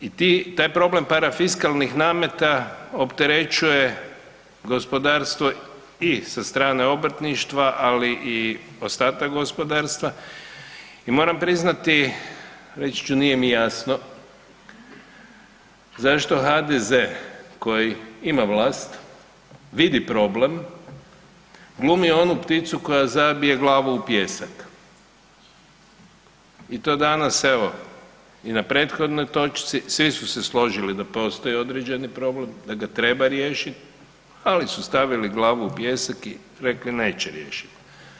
I ti, taj problem parafiskalnih nameta, opterećuje gospodarstvo i sa strane obrtništva, ali i ostatak gospodarstva i moram priznati, reći ću, nije mi jasno, zašto HDZ koji ima vlast vidi problem, glumi onu pticu koja zabije glavu u pijesak i to danas, evo, i na prethodnoj točci, svi su se složili da postoji određeni problem, da ga treba riješiti, ali su stavili glavu u pijesak i rekli, neće riješiti.